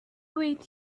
wait